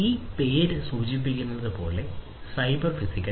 ഈ പേര് സൂചിപ്പിക്കുന്നത് പോലെ സൈബർ ഫിസിക്കൽ